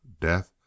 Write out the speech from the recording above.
Death